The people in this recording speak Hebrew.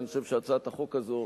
אני חושב שהצעת החוק הזאת,